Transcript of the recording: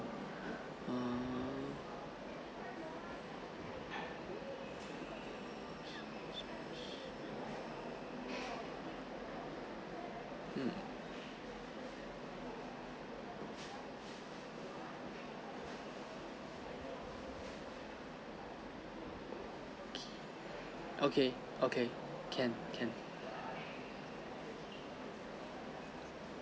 err um okay okay can can